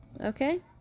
okay